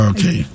Okay